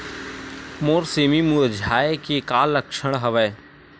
मोर सेमी मुरझाये के का लक्षण हवय?